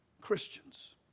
Christians